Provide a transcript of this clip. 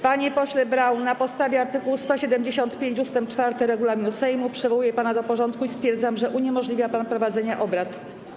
Panie pośle Braun, na podstawie art. 175 ust. 4 regulaminu Sejmu przywołuję pana do porządku i stwierdzam, że uniemożliwia pan prowadzenie obrad.